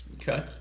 Okay